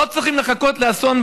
לא צריכים לחכות לאסון.